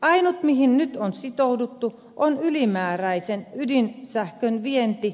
ainut mihin nyt on sitouduttu on ylimääräisen ydinsähkön vienti